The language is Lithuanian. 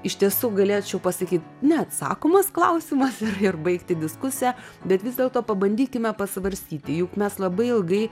iš tiesų galėčiau pasakyt neatsakomas klausimas ir ir baigti diskusią bet vis dėlto pabandykime pasvarstyti juk mes labai ilgai